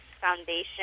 foundation